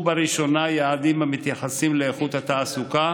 בראשונה יעדים המתייחסים לאיכות התעסוקה